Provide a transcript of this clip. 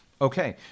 Okay